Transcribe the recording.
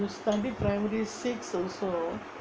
study primary six also